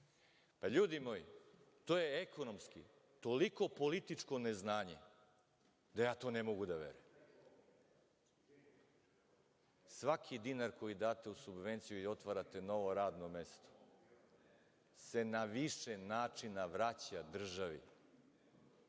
LJudi moji, to je ekonomski toliko političko neznanje, da ja to ne mogu da verujem. Svaki dinar koji date u subvenciju i otvarate novo radno mesto se na više načina vraća državi.